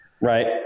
right